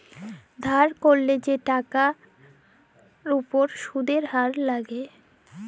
ধার ক্যইরলে যে টাকার উপর সুদের হার লায়